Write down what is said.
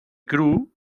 cru